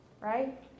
right